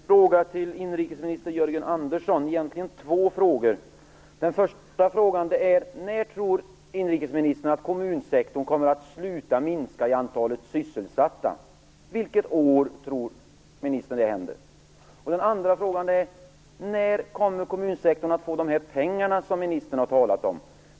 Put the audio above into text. Fru talman! Jag har ett par frågor till inrikesminister Jörgen Andersson. Den första frågan är: När tror inrikesministern att kommunsektorn kommer att sluta minska antalet sysselsatta? Vilket år tror ministern att det händer? Den andra frågan är: När kommer kommunsektorn att få de pengar som ministern har talat om?